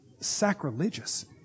sacrilegious